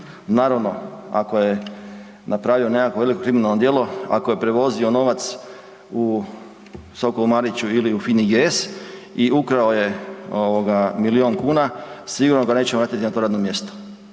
Naravno, ako je napravio nekakvo veliko kriminalno djelo, ako je prevozio novac u Sokol Mariću ili u FINI yes i ukrao je ovoga milion kuna sigurno ga nećemo vratiti na to radno mjesto,